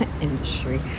industry